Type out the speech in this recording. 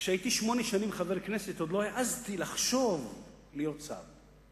כשהייתי שמונה שנים חבר כנסת עוד לא העזתי לחשוב להיות שר.